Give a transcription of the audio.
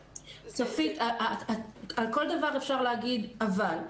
צופית, על כל דבר אפשר להגיד אבל.